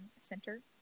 center